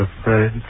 afraid